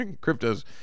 Crypto's